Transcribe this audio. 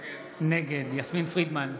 נגד יסמין פרידמן,